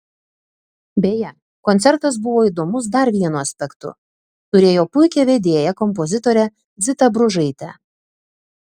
beje koncertas buvo įdomus dar vienu aspektu turėjo puikią vedėją kompozitorę zitą bružaitę